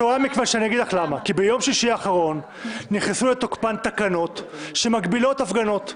כי ביום שישי האחרון נכנסו לתוקפן תקנות שמגבילות הפגנות.